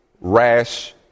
rash